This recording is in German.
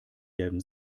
gelben